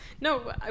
No